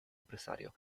empresario